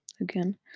again